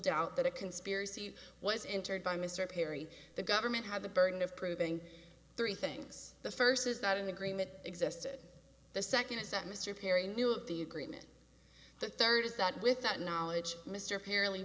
doubt that a conspiracy was interred by mr perry the government had the burden of proving three things the first is that an agreement existed the second is that mr perry knew about the agreement the third is that with that knowledge mr apparently